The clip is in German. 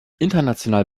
international